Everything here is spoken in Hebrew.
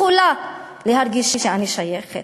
יכולה להרגיש שאני שייכת?